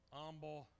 humble